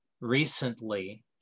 recently